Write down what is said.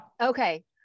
Okay